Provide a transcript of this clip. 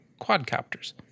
quadcopters